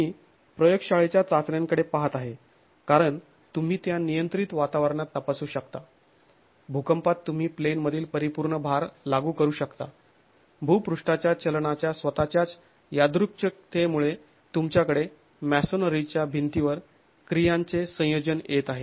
मी प्रयोगशाळेच्या चाचण्यांकडे पाहात आहे कारण तुम्ही त्या नियंत्रित वातावरणात तपासू शकता भूकंपात तुम्ही प्लेनमधील परिपूर्ण भार लागू करू शकता भूपृष्ठाच्या चलनाच्या स्वतःच्याच यादृच्छिकतेमुळे तुमच्याकडे मॅसोनरीच्या भिंतीवर क्रियांचे संयोजन येत आहे